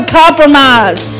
compromise